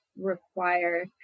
require